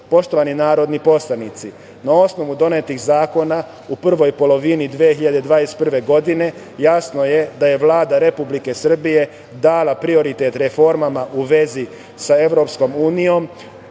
56,55%.Poštovani narodni poslanici, na osnovu donetih zakona u prvoj polovini 2021. godine jasno je da je Vlada Republike Srbije dala prioritet reformama u vezi sa EU i